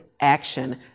action